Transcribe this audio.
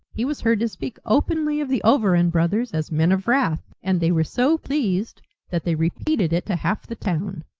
he was heard to speak openly of the overend brothers as men of wrath, and they were so pleased that they repeated it to half the town.